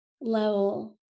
level